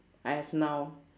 I have now